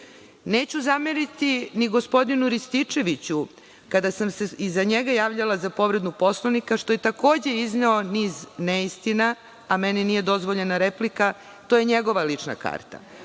Neću zameriti ni gospodinu Rističeviću, kada sam se iza njega javljala za povredu Poslovnika, što je takođe izneo niz neistina, a meni nije dozvoljena replika, to je njegova lična karta.